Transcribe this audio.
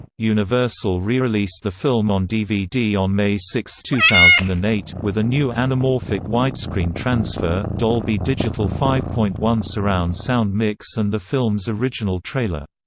universal re-released the film on dvd on may six, two thousand and eight, with a new anamorphic widescreen transfer, dolby digital five point one surround sound mix and the film's original trailer.